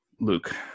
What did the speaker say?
luke